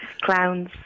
Clowns